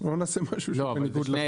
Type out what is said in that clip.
לא נעשה משהו בניגוד לחוק.